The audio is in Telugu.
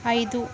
ఐదు